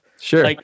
Sure